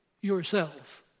Yourselves